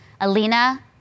Alina